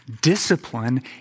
discipline